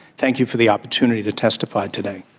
thank you for the opportunity to testify today.